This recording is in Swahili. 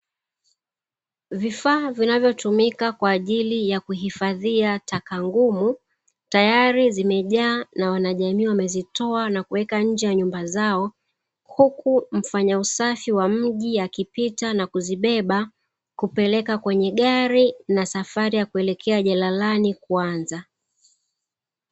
Vifaa vinavyotumika kwa ajili ya kuhifadhia taka ngumu tayari zimejaa, na wanajamii wamezitoa na kuweka nje ya nyumba zao, huku mfanya usafi wa mji akipita na kuzibeba, kupeleka kwenye gari na safari ya kuelekea jalalani kuanza.